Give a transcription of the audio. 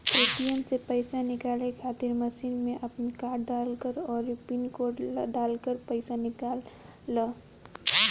ATM से पईसा निकाले खातिर मशीन में आपन कार्ड डालअ अउरी पिन कोड डालके पईसा निकाल लअ